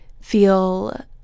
feel